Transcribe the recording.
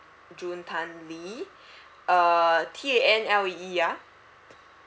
june tan lee uh T A N L E E ya